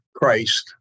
Christ